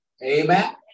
Amen